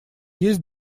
есть